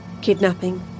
kidnapping